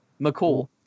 McCool